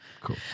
Cool